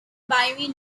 binary